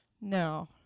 No